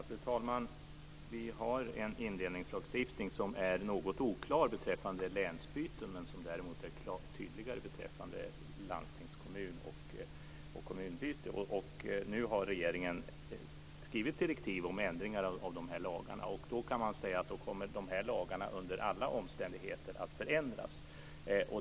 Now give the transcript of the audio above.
Fru talman! Vi har en indelningslagstiftning som är något oklar beträffande länsbyten men som däremot är tydligare beträffande landstings och kommunbyten. Nu har regeringen skrivit direktiv om ändringar av dessa lagar. Då kan man säga att dessa lagar under alla omständigheter kommer att förändras.